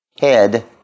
head